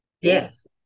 Yes